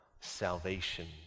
salvation